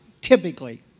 typically